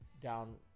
down